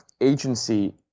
agency